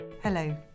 Hello